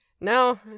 No